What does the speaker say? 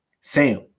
Sam